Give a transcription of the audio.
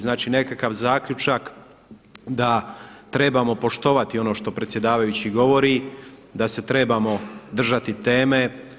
Znači nekakav zaključak da trebamo poštovati ono što predsjedavajući govori da se trebamo držati teme.